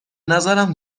نظرم